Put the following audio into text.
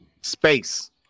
Space